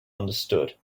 understood